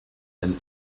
and